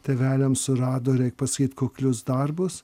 tėveliams surado reik pasakyt kuklius darbus